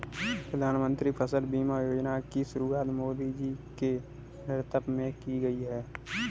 प्रधानमंत्री फसल बीमा योजना की शुरुआत मोदी जी के नेतृत्व में की गई है